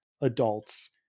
adults